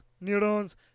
neurons